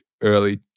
early